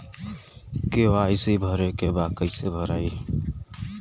KYC भरे के बा कइसे भराई?